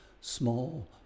small